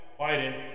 Biden